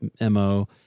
MO